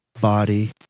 body